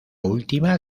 última